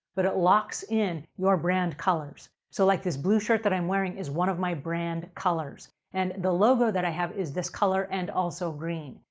but it locks in your brand colors. so, like this blue shirt that i'm wearing is one of my brand colors and the logo that i have is this color and also green.